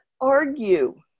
argue